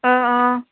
অঁ অঁ